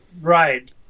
Right